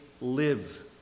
live